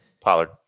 Pollard